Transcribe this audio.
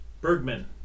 Bergman